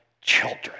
children